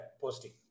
posting